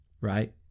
right